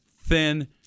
thin